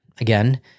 again